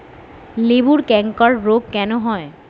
লেবুর ক্যাংকার রোগ কেন হয়?